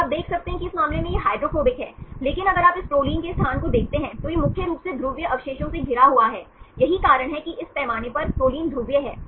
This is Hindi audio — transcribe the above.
तो आप देख सकते हैं कि इस मामले में यह हाइड्रोफोबिक है लेकिन अगर आप इस प्रोलिन के स्थान को देखते हैं तो यह मुख्य रूप से ध्रुवीय अवशेषों से घिरा हुआ है यही कारण है कि इस पैमाने पर प्रोलिन ध्रुवीय है